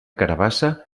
carabassa